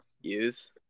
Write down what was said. use